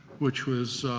which was,